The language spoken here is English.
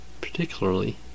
particularly